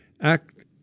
act